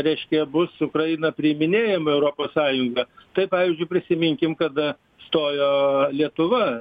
reiškia bus ukraina priiminėjama į europos sąjungą tai pavyzdžiui prisiminkim kada stojo lietuva